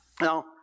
Now